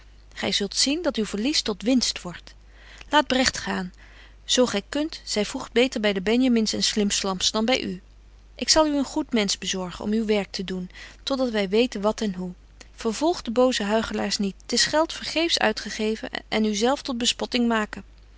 gy zult zien dat uw verlies tot winst wordt laat bregt gaan zo gy kunt zy voegt beter by de benjamins en slimpslamps dan by u ik zal u een goed mensch bezorgen om uw werk te doen tot dat wy weten wat en hoe vervolg de boze huichelaars niet t is geld betje wolff en aagje deken historie van mejuffrouw sara burgerhart vergeefsch uitgeven en u zelf tot bespotting maken